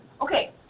Okay